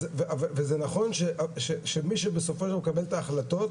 וזה נכון שמי שבסופו של דבר מקבל את ההחלטות